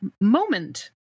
moment